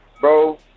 bro